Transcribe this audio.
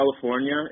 california